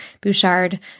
Bouchard